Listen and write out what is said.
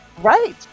Right